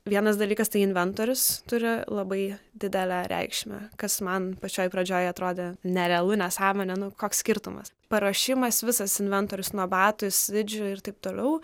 vienas dalykas tai inventorius turi labai didelę reikšmę kas man pačioj pradžioje atrodė nerealu nesąmonė nu koks skirtumas paruošimas visas inventorius nuo batų slidžių ir taip toliau